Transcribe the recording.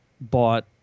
bought